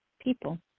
people